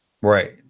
Right